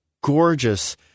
gorgeous